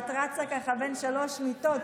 ואת רצה ככה בין שלוש מיטות.